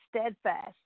steadfast